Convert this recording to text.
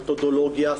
מתודולוגיה,